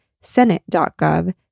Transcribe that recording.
Senate.gov